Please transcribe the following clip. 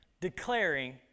declaring